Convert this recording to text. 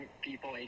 people